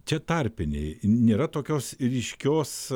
čia tarpiniai nėra tokios ryškios